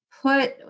Put